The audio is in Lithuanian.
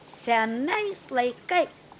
senais laikais